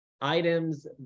items